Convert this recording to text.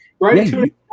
Right